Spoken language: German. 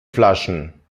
flaschen